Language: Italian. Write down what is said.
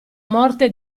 morte